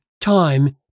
time